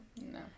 No